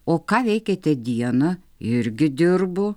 o ką veikiate dieną irgi dirbu